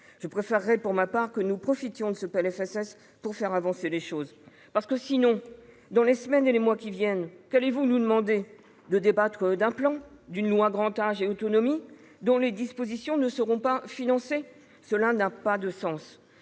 Je préférerais pour ma part que nous profitions de ce texte pour faire avancer les choses. Sinon, dans les semaines et mois qui viennent, qu'allez-vous nous demander, si ce n'est de débattre d'un plan, d'une loi sur le grand âge et l'autonomie dont les dispositions ne seront pas financées ? Cela n'aurait pas de sens.